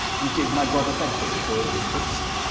and did my brother bedford toyle his wits,